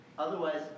Otherwise